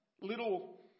little